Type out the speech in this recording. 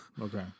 okay